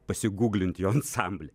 pasiguglint jo ansamblį